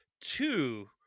two